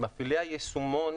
שמפעילי היישומון